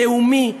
לאומי,